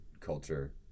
culture